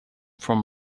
from